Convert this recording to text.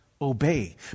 obey